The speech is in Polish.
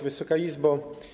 Wysoka Izbo!